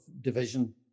division